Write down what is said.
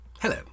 Hello